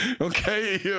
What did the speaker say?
okay